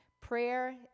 Prayer